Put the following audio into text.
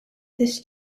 this